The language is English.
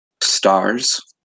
stars